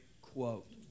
quote